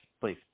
please